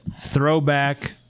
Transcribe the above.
throwback